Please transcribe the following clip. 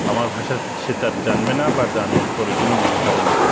আমার ভাষা সে তার জানবে না বা জানের প্রয়োজনও মনে করে না